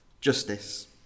justice